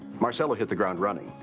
marcelo hit the ground running.